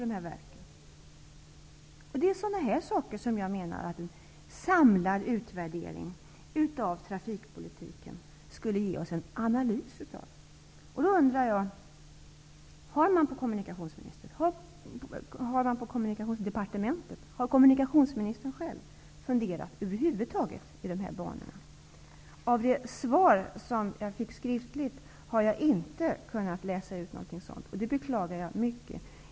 Det är sådana saker som jag menar att en samlad utvärdering av trafikpolitiken skulle ge oss en analys av. Har man på Kommunikationsdepartementet och har kommunikationsministern själv över huvud taget funderat i de här banorna? Av det svar jag fick skriftligt har jag inte kunnat läsa ut någonting sådant, och det beklagar jag mycket.